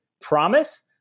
promise